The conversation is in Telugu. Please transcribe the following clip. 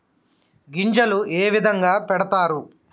గింజలు ఏ విధంగా పెడతారు?